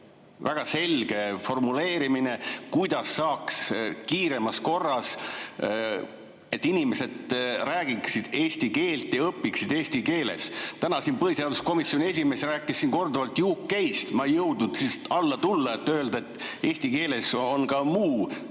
väga selge formuleerimine, kuidas saaks kiiremas korras nii, et inimesed räägiksid eesti keelt ja õpiksid eesti keeles. Täna siin põhiseaduskomisjoni esimees rääkis korduvalt UK‑st, ma ei jõudnud siis alla tulla, et öelda, et eesti keeles on ka muu